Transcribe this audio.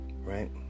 right